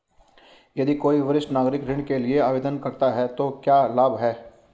यदि कोई वरिष्ठ नागरिक ऋण के लिए आवेदन करता है तो क्या लाभ हैं?